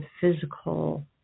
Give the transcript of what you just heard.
physical